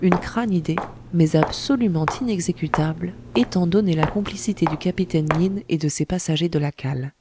une crâne idée mais absolument inexécutable étant donné la complicité du capitaine yin et de ses passagers de la cale